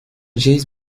james